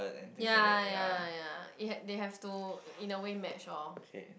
ya ya ya it have they have to in a way match orh